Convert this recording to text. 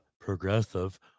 progressive